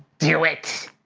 do it!